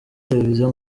televiziyo